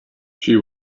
she